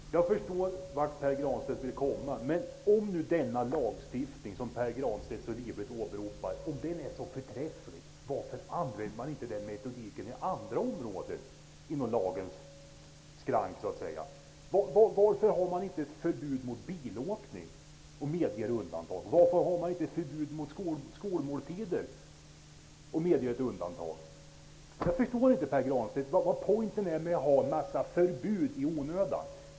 Herr talman! Jag förstår vart Pär Granstedt vill komma. Men om nu denna lagstiftning, som Pär Granstedt så livligt åberopar, är så förträfflig, varför använder man inte den metodiken på andra områden? Varför har man inte förbud mot bilåkning och medger undantag? Varför har man inte förbud mot skolmåltider och medger undantag? Jag förstår inte, Pär Granstedt, vad pointen är med att ha en massa förbud i onödan.